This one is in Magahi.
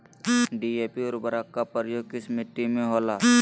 डी.ए.पी उर्वरक का प्रयोग किस मिट्टी में होला?